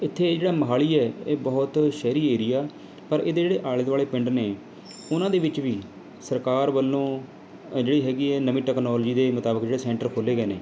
ਇੱਥੇ ਜਿਹੜਾ ਮੋਹਾਲੀ ਏ ਇਹ ਬਹੁਤ ਸ਼ਹਿਰੀ ਏਰੀਆ ਪਰ ਇਹਦੇ ਜਿਹੜੇ ਆਲ਼ੇ ਦੁਆਲੇ ਪਿੰਡ ਨੇ ਉਹਨਾਂ ਦੇ ਵਿੱਚ ਵੀ ਸਰਕਾਰ ਵੱਲੋਂ ਜਿਹੜੀ ਹੈਗੀ ਹੈ ਨਵੀਂ ਟਕਨੋਲਜੀ ਦੇ ਮੁਤਾਬਿਕ ਜਿਹੜਾ ਸੈਂਟਰ ਖੋਲ੍ਹੇ ਗਏ ਨੇ